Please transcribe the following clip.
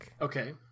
Okay